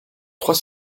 trois